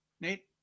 Nate